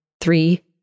Three